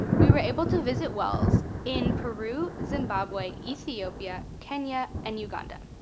we were able to visit wells in peru, zimbabwe, ethiopia, kenya, and uganda.